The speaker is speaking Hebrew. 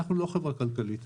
אנחנו לא חברה כלכלית,